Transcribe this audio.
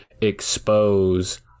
expose –